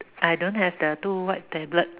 I don't have the two white tablet